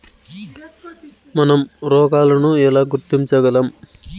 మనం రోగాలను ఎలా గుర్తించగలం?